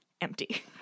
empty